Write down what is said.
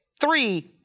three